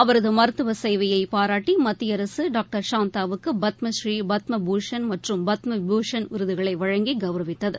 அவரது மருத்துவ சேவையை பாராட்டி மத்திய அரசு டாக்டர் சந்தா வுக்கு பத்மபூரீ பத்மபூஷன் மற்றும் பத்ம விபூஷன் விருதுகளை வழங்கி கௌரவித்தது